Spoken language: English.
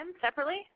Separately